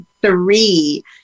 three